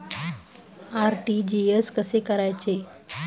RTGS कसे करायचे?